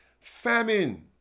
famine